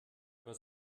über